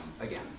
again